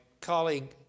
colleague